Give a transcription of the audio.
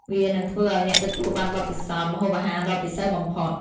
វានឹងធ្វើឱ្យអ្នកទទួលបានបទពិសោធន៍ម្ហូបអាហារដ៏ពិសេសបំផុត។